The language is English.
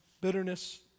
bitterness